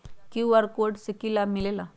QR code से कि कि लाव मिलेला?